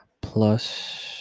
plus